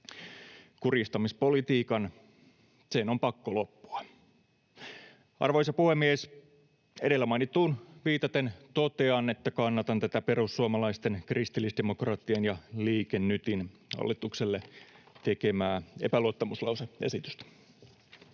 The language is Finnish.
Kurjistamispolitiikan — sen on pakko loppua. Arvoisa puhemies! Edellä mainittuun viitaten totean, että kannatan tätä perussuomalaisten, kristillisdemokraattien ja Liike Nytin hallitukselle tekemää epäluottamuslause-esitystä.